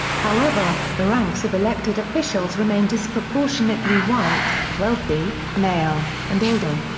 however, the ranks of elected officials remain disproportionately white, wealthy, male, and older.